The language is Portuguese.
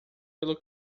pelo